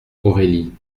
aurélie